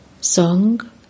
Song